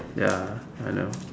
ya I know